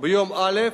ביום ראשון,